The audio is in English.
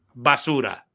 basura